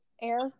air